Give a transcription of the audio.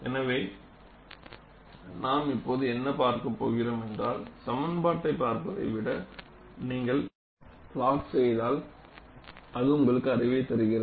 எனவே நாம் இப்போது என்ன பார்க்க போகிறோம் என்றால் சமன்பாட்டை பார்ப்பதை விட நீங்கள் புளொட் செய்தால் அது உங்களுக்கு அறிவைத் தருகிறது